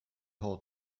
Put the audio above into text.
hall